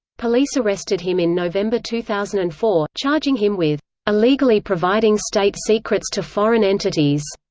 police arrested him in november two thousand and four, charging him with illegally providing state secrets to foreign entities.